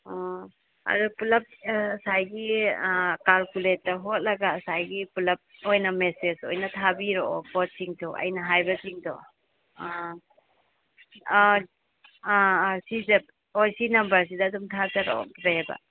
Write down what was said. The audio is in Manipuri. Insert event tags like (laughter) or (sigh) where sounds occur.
ꯑꯥ ꯑꯗꯨ ꯄꯨꯂꯞ ꯉꯁꯥꯏꯒꯤ ꯀꯥꯜꯀꯨꯂꯦꯠꯇ ꯍꯣꯠꯂꯒ ꯉꯁꯥꯏꯒꯤ ꯄꯨꯂꯞ ꯑꯣꯏꯅ ꯃꯦꯁꯦꯁ ꯑꯣꯏꯅ ꯊꯥꯕꯤꯔꯛꯑꯣ ꯄꯣꯠꯁꯤꯡꯁꯨ ꯑꯩꯅ ꯍꯥꯏꯕꯁꯤꯡꯗꯣ ꯑꯥ ꯑꯥ ꯑꯥ ꯑꯥ ꯁꯤꯁꯦ ꯍꯣꯏ ꯁꯤ ꯅꯝꯕꯔꯁꯤꯗ ꯑꯗꯨꯝ ꯊꯥꯖꯔꯛꯑꯣ (unintelligible)